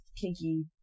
kinky